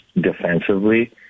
defensively